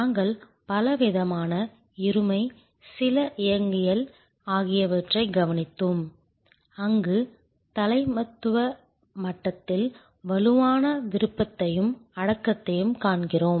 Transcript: நாங்கள் பலவிதமான இருமை சில இயங்கியல் ஆகியவற்றைக் கவனித்தோம் அங்கு தலைமைத்துவ மட்டத்தில் வலுவான விருப்பத்தையும் அடக்கத்தையும் காண்கிறோம்